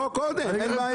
שיראו את החוק קודם, אין בעיה